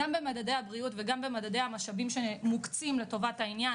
גם במדדי הבריאות וגם במדדי המשאבים שמוקצים לטובת העניין,